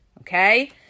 okay